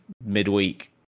midweek